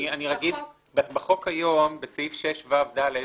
בחוק היום בסעיף 6ו(ד)